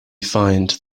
find